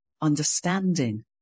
understanding